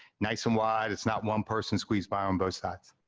nice and wide, it's not one person squeeze by on both sides.